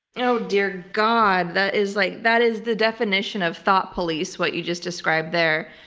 oh, dear god. that is like that is the definition of thought police, what you just described there.